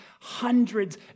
hundreds